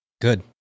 Good